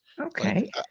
Okay